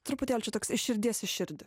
truputėlį čia toks iš širdies į širdį